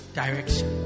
direction